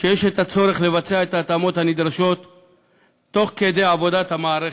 שיש צורך לבצע את ההתאמות הנדרשות תוך כדי עבודת המערכת.